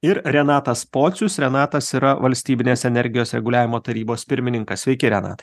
ir renatas pocius renatas yra valstybinės energijos reguliavimo tarybos pirmininkas sveiki renatai